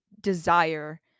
desire